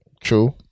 True